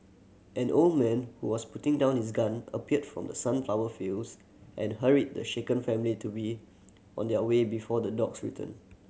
an old man who was putting down his gun appeared from the sunflower fields and hurried the shaken family to be on their way before the dogs return